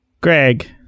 Greg